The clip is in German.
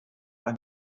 ein